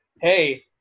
hey